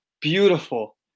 beautiful